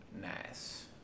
nice